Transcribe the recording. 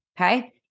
Okay